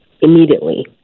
immediately